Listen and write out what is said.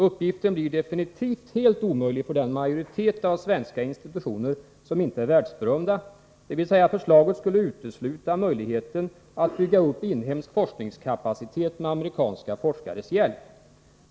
Uppgiften blir definitivt helt omöjlig för den majoritet av svenska institutioner som inte är världsberömd, dvs förslaget skulle utesluta möjligheten att bygga upp inhemsk forskningskapacitet med amerikanska forskares hjälp.